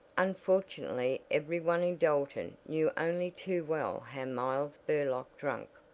unfortunately every one in dalton knew only too well how miles burlock drank.